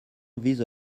vise